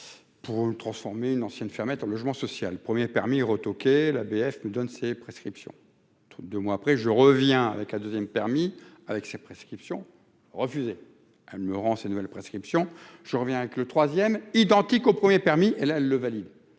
pour transformer une ancienne fermette logement social 1er permis retoqué la BF nous donne ses prescriptions, 2 mois après, je reviens avec la deuxième permis avec prescription refusé, elle me rend sa nouvelles prescriptions je reviens avec le 3ème, identique au 1er permis et là le valide